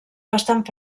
bastant